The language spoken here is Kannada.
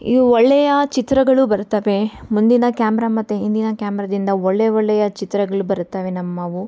ಇ ವ್ ಒಳ್ಳೆಯ ಚಿತ್ರಗಳು ಬರುತ್ತವೆ ಮುಂದಿನ ಕ್ಯಾಮ್ರ ಮತ್ತು ಹಿಂದಿನ ಕ್ಯಾಮ್ರದಿಂದ ಒಳ್ಳೆಯ ಒಳ್ಳೆಯ ಚಿತ್ರಗಳು ಬರುತ್ತವೆ ನಮ್ಮವು